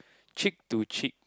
cheek to cheek